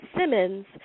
Simmons